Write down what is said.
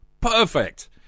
Perfect